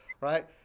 right